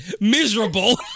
miserable